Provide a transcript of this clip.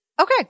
Okay